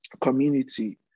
community